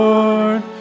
Lord